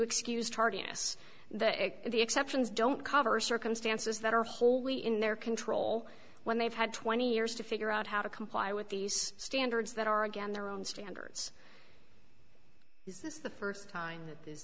excuse tardiness that the exceptions don't cover circumstances that are wholly in their control when they've had twenty years to figure out how to comply with these standards that are again their own standards this is the first time that the